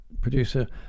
producer